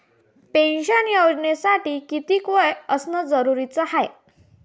Pension योजनेसाठी कितीक वय असनं जरुरीच हाय?